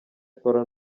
akora